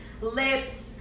lips